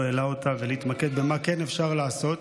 העלה אותה ולהתמקד במה כן אפשר לעשות.